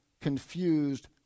confused